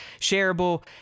shareable